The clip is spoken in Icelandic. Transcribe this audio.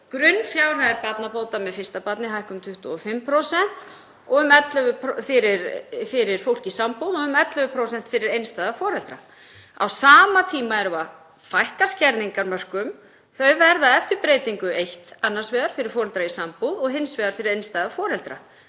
Grunnfjárhæðir barnabóta með fyrsta barni hækka um 25% fyrir fólk í sambúð og um 11% fyrir einstæða foreldra. Á sama tíma erum við að fækka skerðingarmörkum. Þau verða eftir breytingu annars vegar eitt fyrir foreldra í sambúð og hins vegar fyrir einstæða foreldra